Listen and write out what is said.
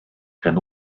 can